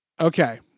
Okay